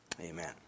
Amen